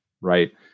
right